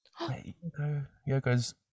yoko's